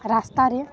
ରାସ୍ତାରେ